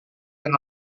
yang